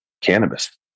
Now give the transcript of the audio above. cannabis